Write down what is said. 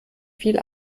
viel